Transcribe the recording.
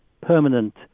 permanent